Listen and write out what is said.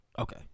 Okay